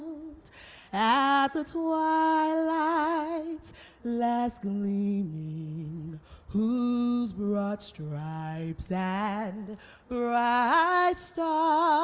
at the twilight's last gleaming, i mean whose broad stripes and bright stars